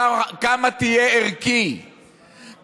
כמה תהיה ערכי,